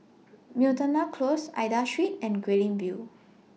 Miltonia Close Aida Street and Guilin View